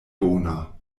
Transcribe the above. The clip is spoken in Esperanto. bona